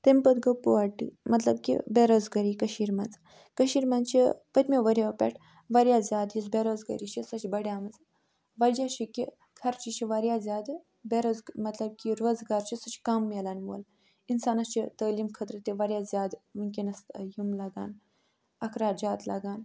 تَمہِ پَتہٕ گوٚو پووَرٹی مطلب کہِ بےٚ روزگٲری کٔشیٖرِ منٛز کٔشیٖرِ منٛز چھِ پٔتۍمیو ؤریو پٮ۪ٹھ واریاہ زیادٕ یُس بےٚ روزگٲری چھِ سۄ چھِ بڑیمٕژ وَجہ چھِ کہِ خرچہٕ چھِ واریاہ زیادٕ بےٚ روز مطلب کہِ روزگار چھِ سُہ چھِ کَم مِلَن وول اِنسانَس چھِ تٲلیٖم خٲطرٕ تہِ واریاہ زیادٕ وٕنۍکٮ۪نَس یِم لَگان اخراجات لَگان